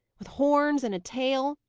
with horns and a tail?